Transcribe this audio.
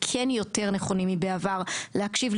הם כן יותר נכונים מבעבר להקשיב,